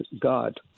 God